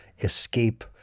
escape